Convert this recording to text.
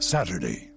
Saturday